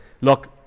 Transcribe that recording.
Look